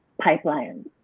pipelines